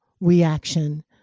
reaction